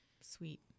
sweet